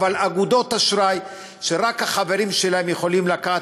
אבל אגודות אשראי שרק החברים שלהם יכולים לקחת